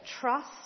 trust